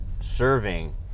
serving